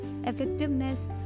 effectiveness